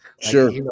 sure